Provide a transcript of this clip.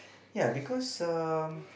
ya because um